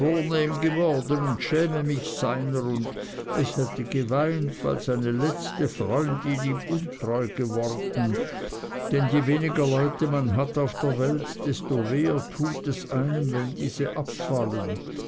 geworden und schäme mich seiner und es hätte geweint weil seine letzte freundin ihm untreu geworden denn je weniger leute man hat auf der welt desto weher tut es einem wenn diese abfallen